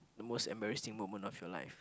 the most embarrassing moment of your life